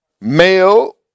male